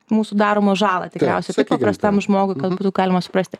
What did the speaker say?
mūsų daromą žalą tikriausiai paprastam žmogui kad būtų galima suprasti